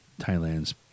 Thailand's